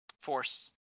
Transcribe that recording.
Force